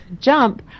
jump